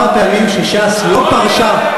מספר הפעמים שש"ס לא פרשה,